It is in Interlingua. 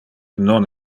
non